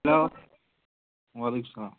hello وعلیکُم سَلام